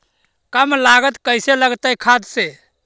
कम लागत कैसे लगतय खाद से?